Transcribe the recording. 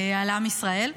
על עם ישראל.